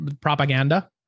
propaganda